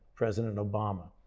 president obama.